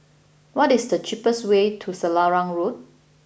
what is the cheapest way to Selarang Road